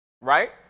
right